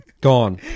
Gone